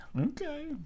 Okay